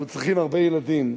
אנחנו צריכים הרבה ילדים.